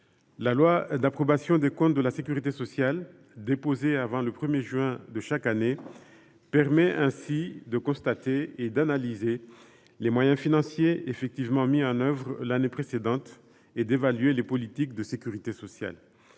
La loi d’approbation des comptes de la sécurité sociale, déposée avant le 1 juin de chaque année, permet ainsi de constater et d’analyser les moyens financiers effectivement mis en œuvre l’année précédente et d’évaluer les politiques de sécurité sociale.